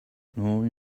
nor